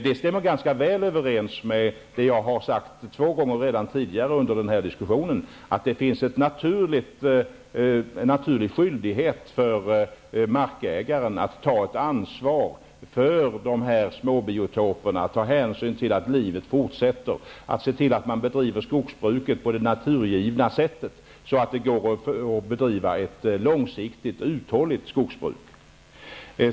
Detta stämmer ganska väl överens med det jag har sagt två gånger tidigare under den här diskussionen, att det finns en naturlig skyldighet för markägaren att ta ansvar för småbiotoperna, ta hänsyn till att livet fortsätter, se till att man bedriver skogsbruket på det naturgivna sättet, så att det går att ägna sig åt ett långsiktigt och uthålligt skogsbruk.